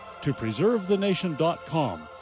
topreservethenation.com